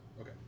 okay